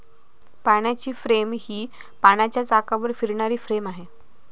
पाण्याची फ्रेम ही पाण्याच्या चाकावर फिरणारी फ्रेम आहे